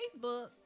Facebook